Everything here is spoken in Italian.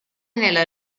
nella